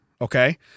okay